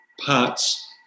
parts